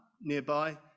nearby